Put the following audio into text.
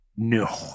No